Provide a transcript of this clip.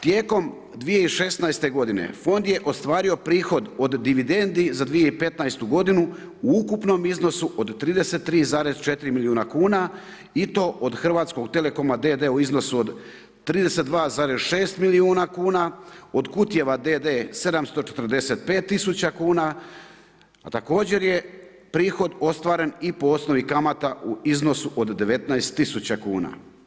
Tijekom 2016. godine Fond je ostvario prihod od dividendi za 2015. godinu u ukupnom iznosu od 33,4 milijuna kuna i to Hrvatskog telecoma d.d. u iznosu od 32,6 milijuna kuna, od Kutjeva d.d. 745 tisuća kuna, a također je prihod ostvaren i po osnovi kamata u iznosu od 19 tisuća kuna.